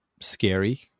scary